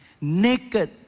Naked